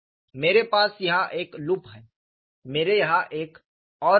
मेरे पास यहां एक लूप है मेरे यहां एक और लूप है